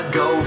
go